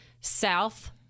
south